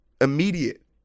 immediate